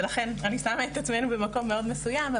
ולכן אני שמה את עצמנו במקום מאוד מסוים.